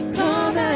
come